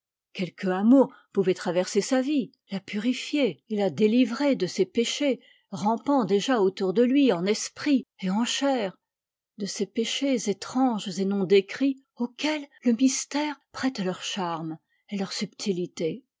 quelque amour pouvait traverser sa vie la purifier et la délivrer de ces péchés rampant déjà autour de lui en esprit et en chair de ces péchés étranges et non décrits auxquels le mystère prête leur charme et leur subtilité